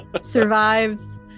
survives